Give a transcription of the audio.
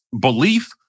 belief